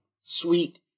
Sweet